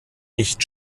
nicht